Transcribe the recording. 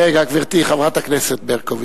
רגע, גברתי חברת הכנסת ברקוביץ.